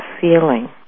feeling